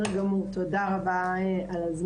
תודה רבה.